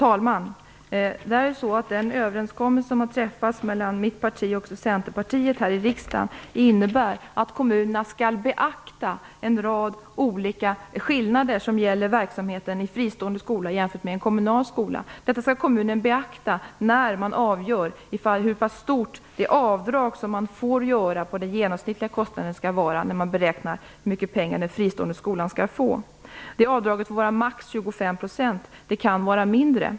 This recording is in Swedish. Fru talman! Den överenskommelse som har träffats mellan mitt parti och Centerpartiet här i riksdagen innebär att kommunerna skall beakta en rad skillnader som gäller verksamheten i fristående skolor jämfört med kommunala skolor. Kommunen skall beakta detta när man avgör hur stort det avdrag som får göras på den genomsnittliga kostnaden skall vara när man beräknar hur mycket pengar den fristående skolan skall få. Det avdraget får vara maximalt 25 %, och det kan vara mindre.